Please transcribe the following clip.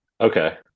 okay